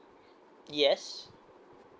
yes